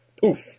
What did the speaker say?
poof